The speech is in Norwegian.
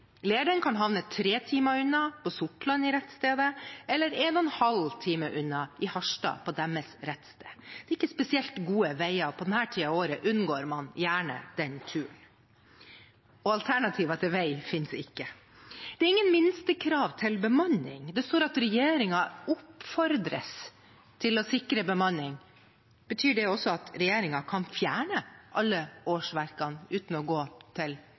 kan havne tre timer unna, på rettsstedet i Sortland, eller halvannen time unna i Harstad, på deres rettssted. Det er ikke spesielt gode veier – på denne tiden av året unngår man gjerne den turen, og alternativer til vei finnes ikke. Det er ingen minstekrav til bemanning. Det står at regjeringen oppfordres til å sikre bemanning. Betyr det også at regjeringen kan fjerne alle årsverkene uten å gå til